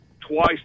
twice